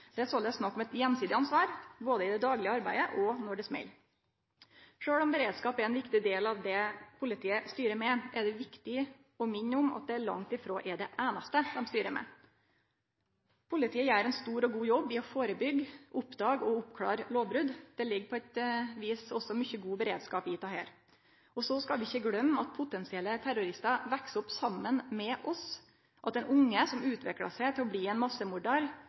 Det er såleis snakk om eit gjensidig ansvar både i det daglege arbeidet og når det smell. Sjølv om beredskap er ein viktig del av det politiet styrer med, er det viktig å minne om at det langt frå er det einaste dei styrer med. Politiet gjer ein stor og god jobb med å førebyggje, oppdage og oppklare lovbrot – det ligg på eit vis også mykje god beredskap i dette. Så skal vi ikkje gløyme at potensielle terroristar veks opp saman med oss, at ein unge som utviklar seg til å bli ein